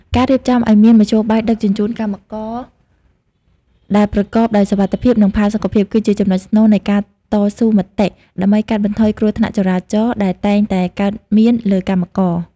ការរៀបចំឱ្យមានមធ្យោបាយដឹកជញ្ជូនកម្មករដែលប្រកបដោយសុវត្ថិភាព និងផាសុកភាព គឺជាចំណុចស្នូលនៃការតស៊ូមតិ ដើម្បីកាត់បន្ថយគ្រោះថ្នាក់ចរាចរណ៍ដែលតែងតែកើតមានលើកម្មករ។